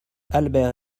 albert